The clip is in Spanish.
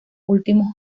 últimos